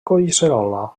collserola